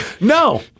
No